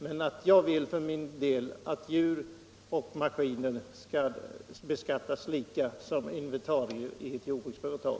Men jag vill för min del att stamdjur och maskiner skall beskattas lika, som inventarier i ett jordbruksföretag.